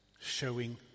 showing